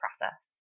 process